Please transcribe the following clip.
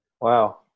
Wow